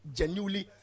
genuinely